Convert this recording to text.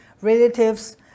relatives